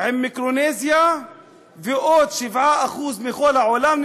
עם מיקרונזיה ועוד 7% מכל העולם,